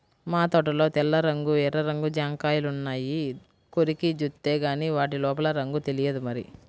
మా తోటలో తెల్ల రంగు, ఎర్ర రంగు జాంకాయలున్నాయి, కొరికి జూత్తేగానీ వాటి లోపల రంగు తెలియదు మరి